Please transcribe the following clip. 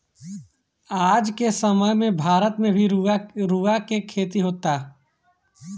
आज के समय में भारत में भी रुआ के खेती होता